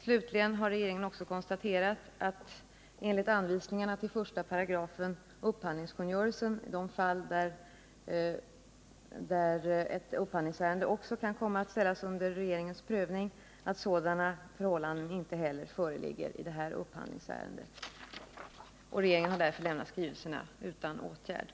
Slutligen har regeringen också konstaterat att sådana förhållanden som behandlas i anvisningarna till I § upphandlingskungörelsen om de fall då ett upphandlingsärende kan komma att ställas under regeringens prövning inte föreligger i detta upphandlingsärende. Regeringen har därför lämnat skrivelserna utan åtgärd.